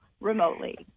remotely